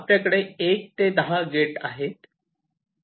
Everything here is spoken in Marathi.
आपल्याकडे 1 ते 10 असे 10 गेट आहेत